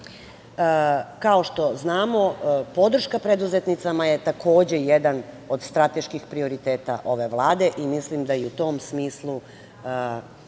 što znamo, podrška preduzetnicama je takođe jedan od strateških prioriteta ove Vlade i mislim da u tom smislu